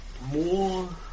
More